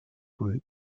group